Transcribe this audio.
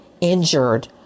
injured